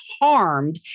harmed